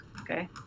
okay